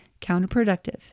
counterproductive